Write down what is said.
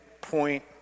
point